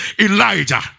elijah